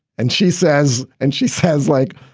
and she says and she says, like,